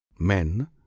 men